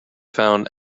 found